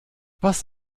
was